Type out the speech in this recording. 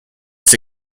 its